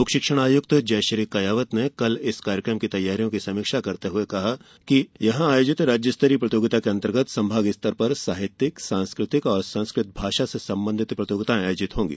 लोक शिक्षण आयुक्त जयश्री कियावत ने कल इस कार्यक्रम की तैयारियों की समीक्षा करते हुए कहा कि यहां आयोजित राज्य स्तरीय प्रतियोगिता के अंतर्गत संभाग स्तर पर साहित्यिक सांस्कृतिक और संस्कृत भाषा से संबंधित प्रतियोगिता होंगी